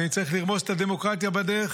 ואם צריך לרמוס את הדמוקרטיה בדרך,